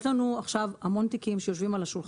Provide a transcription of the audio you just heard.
יש שם גם על הטעיה, יש גם על אי